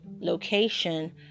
location